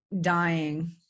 dying